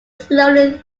slowly